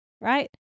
right